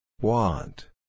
Want